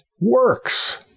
works